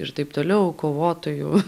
ir taip toliau kovotojų